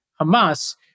Hamas